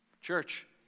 Church